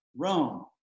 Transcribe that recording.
Rome